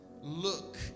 look